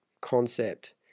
concept